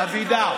אבידר.